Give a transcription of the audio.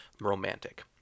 Romantic